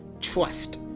trust